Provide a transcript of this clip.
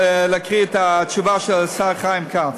אני רוצה להקריא את התשובה של השר חיים כץ: